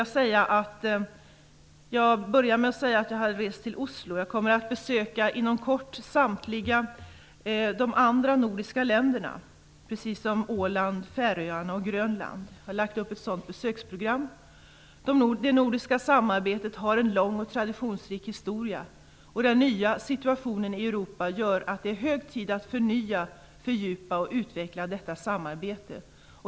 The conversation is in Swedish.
Avslutningsvis: Jag inledde med att säga att jag hade rest till Oslo. Inom kort kommer jag att besöka samtliga övriga nordiska länder, precis som Åland, Färöarna och Grönland. Jag har lagt upp ett sådant besöksprogram. Det nordiska samarbetet har en lång och traditionsrik historia, och den nya situationen i Europa gör att det är hög tid att förnya, fördjupa och utveckla detta samarbete.